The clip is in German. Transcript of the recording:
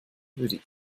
würde